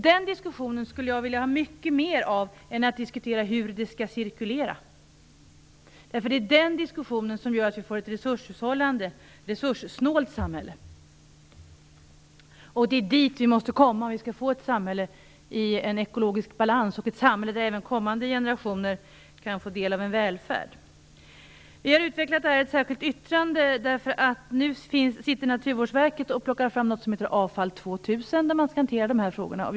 Den diskussionen skulle jag vilja ha mycket mer av - det vore bättre än att diskutera hur det skall cirkulera - därför att det är den diskussionen som gör att vi får ett resurssnålt samhälle. Det är dit vi måste komma om vi skall ha ett samhälle i ekologisk balans och ett samhälle där även kommande generationer kan få del av välfärden. Vi har utvecklat detta i ett särskilt yttrande. Just nu håller Naturvårdsverket på med att ta fram en aktionsplan, Avfall 2000, där dessa frågor hanteras.